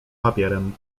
papierem